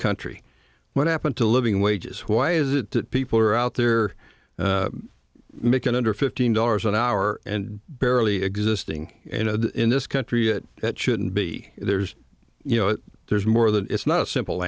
country what happened to living wages why is it that people are out there making under fifteen dollars an hour and barely existing in this country it shouldn't be there's you know there's more that it's not a simple